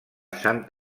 sant